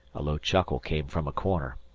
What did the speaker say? a low chuckle came from a corner.